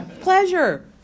pleasure